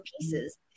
pieces